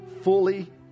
fully